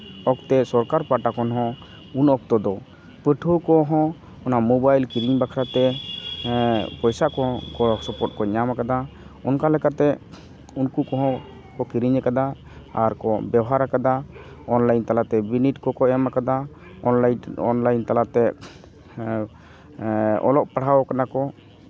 ᱚᱠᱛᱮ ᱥᱚᱨᱠᱟᱨ ᱯᱟᱦᱴᱟ ᱥᱮᱱ ᱠᱷᱚᱱ ᱦᱚᱸ ᱩᱱ ᱚᱠᱛᱚ ᱫᱚ ᱯᱟᱹᱴᱷᱩᱣᱟᱹ ᱠᱚᱦᱚᱸ ᱚᱱᱟ ᱢᱳᱵᱟᱭᱤᱞ ᱠᱚᱨᱤᱧ ᱵᱟᱠᱷᱨᱟ ᱛᱮ ᱯᱚᱭᱥᱟ ᱠᱚ ᱜᱚᱲᱚᱥᱚᱯᱚᱦᱚᱫ ᱠᱚ ᱧᱟᱢ ᱠᱟᱫᱟ ᱚᱱᱠᱟ ᱞᱮᱠᱟᱛᱮ ᱩᱱᱠᱩ ᱠᱚᱦᱚᱸ ᱠᱚ ᱠᱤᱨᱤᱧ ᱟᱠᱟᱫᱟ ᱟᱨ ᱠᱚ ᱵᱮᱣᱦᱟᱨ ᱠᱟᱫᱟ ᱚᱱᱞᱟᱭᱤᱱ ᱛᱟᱞᱟᱛᱮ ᱵᱤᱱᱤᱰ ᱠᱚᱠᱚ ᱮᱢ ᱠᱟᱫᱟ ᱚᱱᱞᱟᱭᱤᱱ ᱚᱱᱞᱟᱭᱤᱱ ᱛᱟᱞᱟᱛᱮ ᱚᱞᱚᱜ ᱯᱟᱲᱦᱟᱣ ᱠᱟᱱᱟ ᱠᱚ